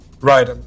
Right